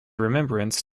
remembrance